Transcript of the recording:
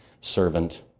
servant